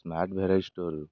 smart variety stall